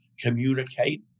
communicate